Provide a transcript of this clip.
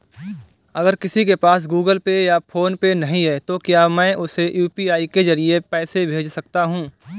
अगर किसी के पास गूगल पे या फोनपे नहीं है तो क्या मैं उसे यू.पी.आई के ज़रिए पैसे भेज सकता हूं?